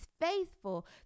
faithful